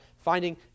finding